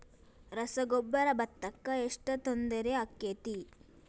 ರಸಗೊಬ್ಬರ, ಭತ್ತಕ್ಕ ಎಷ್ಟ ತೊಂದರೆ ಆಕ್ಕೆತಿ?